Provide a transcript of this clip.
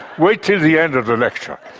wait till the end of the lecture!